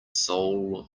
soul